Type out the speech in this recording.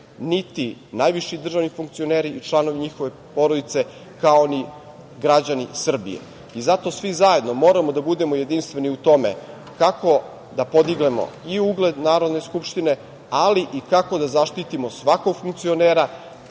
niti najviši državni funkcioneri i članovi njihove porodice, kao ni građani Srbije.I zato svi zajedno moramo da budemo jedinstveni u tome kako da podignemo i ugled Narodne skupštine, ali i kako da zaštitimo svakog funkcionera,